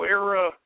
era